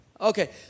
Okay